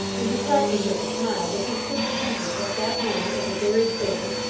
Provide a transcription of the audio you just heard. and reflecting with a smile that he stood sentinel at that moment over buried gold,